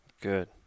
good